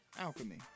Alchemy